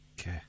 Okay